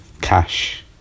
cash